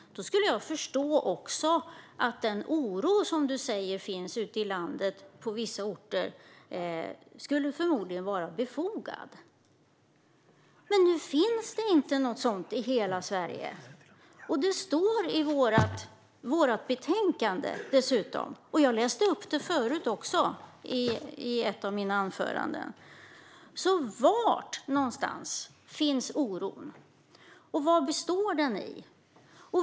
Då skulle också den oro som du säger finns ute i landet på vissa orter förmodligen vara befogad. Men nu finns det inte något sådant i hela Sverige. Det står dessutom i vårt betänkande. Jag läste upp det förut i ett av mina anföranden. Var någonstans finns oron, och vad består den i?